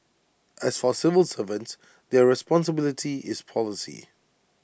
as for civil servants their responsibility is policy